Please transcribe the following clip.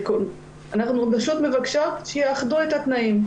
אנחנו פשוט מבקשות שיאחדו את התנאים.